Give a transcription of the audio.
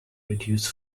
reduce